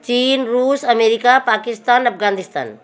चीन रूस अमेरिका पाकिस्तान अफगानिस्तान